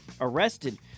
arrested